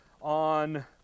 on